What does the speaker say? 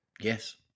Yes